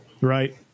right